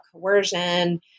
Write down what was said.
coercion